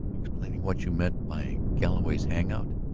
explaining what you meant by galloway's hang-out?